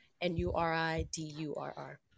N-U-R-I-D-U-R-R